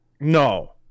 No